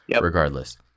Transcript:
regardless